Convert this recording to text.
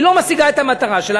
היא לא משיגה את המטרה שלה,